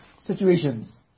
situations